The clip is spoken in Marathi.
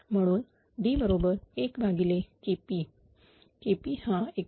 म्हणून D बरोबर 1KP